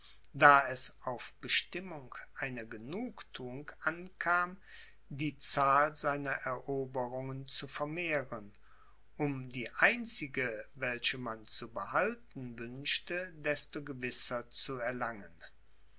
da es auf bestimmung einer genugtuung ankam die zahl seiner eroberungen zu vermehren um die einzige welche man zu behalten wünschte desto gewisser zu erlangen